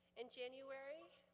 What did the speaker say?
in january,